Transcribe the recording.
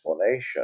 explanation